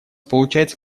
получается